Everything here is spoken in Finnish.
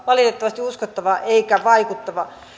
valitettavasti ole uskottava eikä vaikuttava